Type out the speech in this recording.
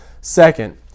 Second